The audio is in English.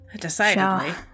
Decidedly